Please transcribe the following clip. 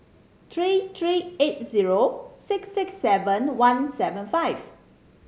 three three eight zero six six seven one seven five